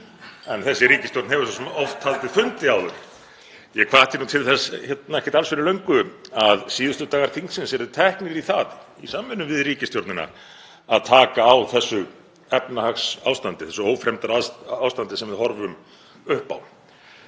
en þessi ríkisstjórn hefur svo sem oft haldið fundi áður. Ég hvatti nú til þess hér ekkert alls fyrir löngu að síðustu dagar þingsins yrðu teknir í það í samvinnu við ríkisstjórnina að taka á þessu efnahagsástandi, þessu ófremdarástandi sem við horfum upp á.